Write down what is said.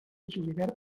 julivert